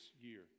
year